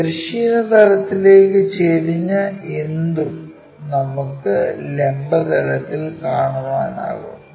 തിരശ്ചീന തലത്തിലേക്ക് ചെരിഞ്ഞ എന്തും നമുക്ക് ലംബ തലത്തിൽ കാണാനാകും